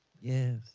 Yes